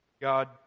God